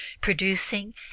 producing